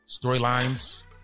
storylines